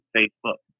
Facebook